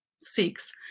six